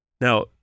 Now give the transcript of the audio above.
Now